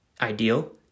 ideal